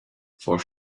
four